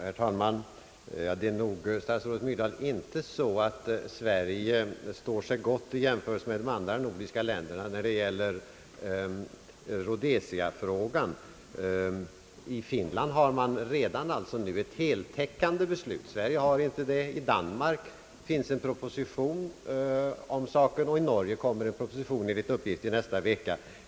Herr talman! Det är nog, statsrådet Myrdal, inte så, att Sverige står sig gott i jämförelse med de andra nordiska länderna när det gäller sanktioner mot Rhodesia. I Finland har man redan nu ett heltäckande beslut. Sverige har det inte. I Danmark finns en proposition om saken, och i Norge kommer enligt uppgift en proposition i nästa vecka.